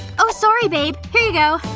oh, sorry, babe. here you go!